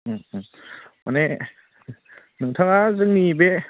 उम उम माने नोंथाङा जोंनि बे